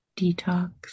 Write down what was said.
detox